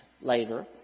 later